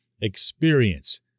experience